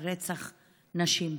על רצח נשים.